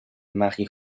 marie